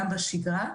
גם בשגרה,